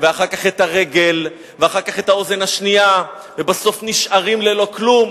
ואחר כך את הרגל ואחר כך את הרגל השנייה ובסוף נשארים ללא כלום.